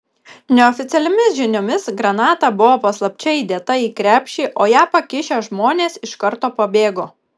neoficialiomis žiniomis granata buvo paslapčia įdėta į krepšį o ją pakišę žmonės iš karto pabėgo